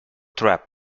trap